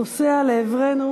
פוסע לעברנו